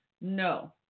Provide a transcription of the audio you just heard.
no